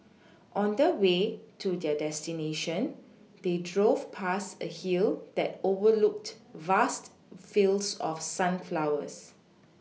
on the way to their destination they drove past a hill that overlooked vast fields of sunflowers